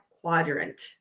quadrant